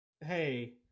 Hey